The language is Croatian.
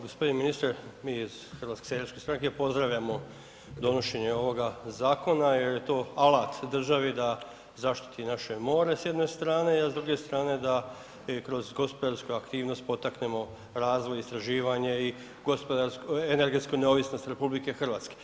Gospodine ministre mi iz HSS-a pozdravljamo donošenje ovoga zakona jer je to alat državi da zaštiti naše more s jedne strane, a s druge strane da i kroz gospodarsku aktivnost potaknemo razvoj, istraživanje i energetsku neovisnost RH.